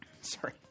Sorry